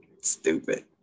stupid